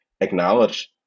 acknowledge